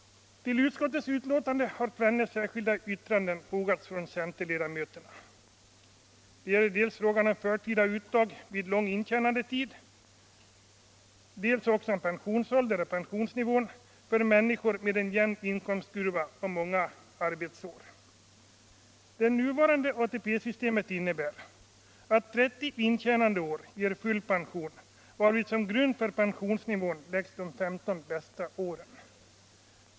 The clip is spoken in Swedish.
Till utskottets betänkande har tvenne särskilda yttranden fogats från centerledamöterna. Det gäller dels frågan om förtida uttag vid lång intjänandetid, dels frågan om pensionsåldern och pensionsnivån för människor med en jämn inkomstkurva och många arbetsår. Det nuvarande ATP-systemet innebär att 30 intjänandeår ger full pension, varvid som grund för pensionsnivån läggs de 15 bästa åren.